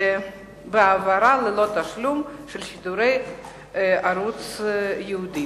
העברה ללא תשלום של שידורי ערוץ ייעודי.